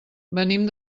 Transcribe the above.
venim